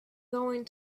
going